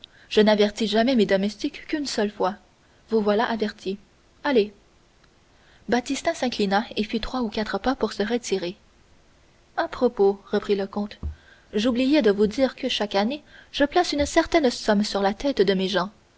je n'avertis jamais mes domestiques qu'une seule fois vous voilà averti allez baptistin s'inclina et fit trois ou quatre pas pour se retirer à propos reprit le comte j'oubliais de vous dire que chaque année je place une certaine somme sur la tête de mes gens